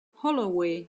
holloway